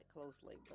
closely